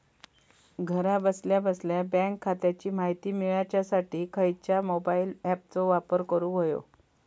घरा बसल्या बसल्या बँक खात्याची माहिती मिळाच्यासाठी खायच्या मोबाईल ॲपाचो वापर करूक होयो?